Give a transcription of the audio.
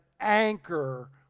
anchor